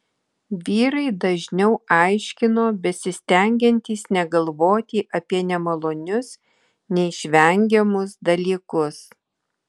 vyrai dažniau aiškino besistengiantys negalvoti apie nemalonius neišvengiamus dalykus